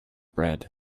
bread